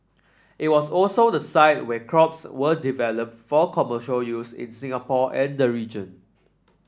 it was also the site where crops were developed for commercial use in Singapore and the region